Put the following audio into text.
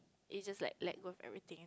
it's just like let go everything